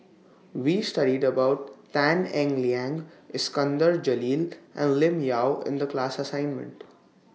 We studied about Tan Eng Liang Iskandar Jalil and Lim Yau in The class assignment